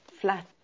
flat